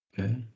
Okay